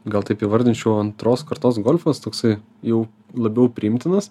gal taip įvardinčiau antros kartos golfas toksai jau labiau priimtinas